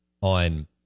on –